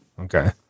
Okay